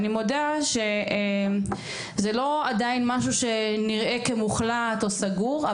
אני מודה שזה לא עדיין משהו שנראה כמוחלט או סגור,